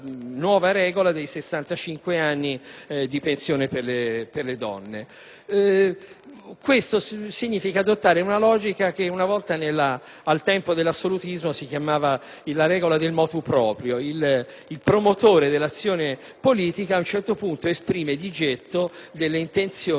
Questo significa adottare una logica che una volta, al tempo dell'assolutismo, si chiamava la regola del *motu proprio*. Il promotore dell'azione politica ad un certo punto esprime di getto delle intenzioni, le comunica alla platea